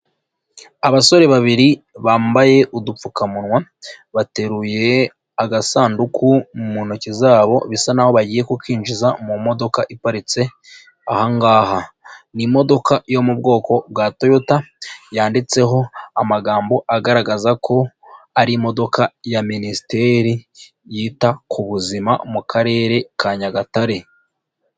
Abasore babiri bambaye udupfukamunwa, bateruye agasanduku mu ntoki zabo, bisa n'aho bagiye kukinjiza mu modoka iparitse ahangaha, ni imodoka yo mu bwoko bwa Toyota yanditseho amagambo agaragaza ko ari imodoka ya Minisiteri yita ku buzima mu Karere ka Nyagatare.